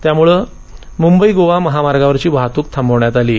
त्यामुळे मुंबई गोवा महामार्गावरची वाहतूक थांबवण्यात आली आहे